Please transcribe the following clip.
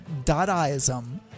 Dadaism